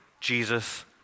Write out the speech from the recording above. Jesus